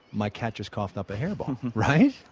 my cat just coughed up a hair ball, right?